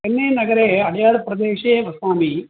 चन्नै नगरे अड्यार् प्रदेशे वसामि